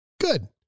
Good